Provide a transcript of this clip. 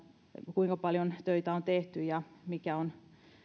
kuinka paljon töitä on tehty ja mikä